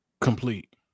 complete